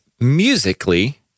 musically